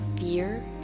fear